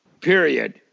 Period